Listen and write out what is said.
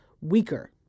weaker